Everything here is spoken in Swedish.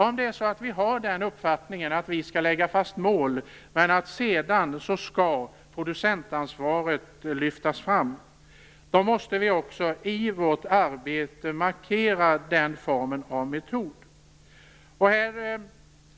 Om vi har uppfattningen att vi skall lägga fast mål, men att producentansvaret sedan skall lyftas fram, måste vi också i vårt arbete markera den formen av metod.